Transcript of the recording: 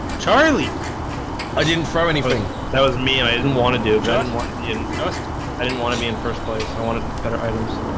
charlie i didn't throw anything. that was me and i didn't want to do john one just and i didn't want to be in first place. i wanted better items.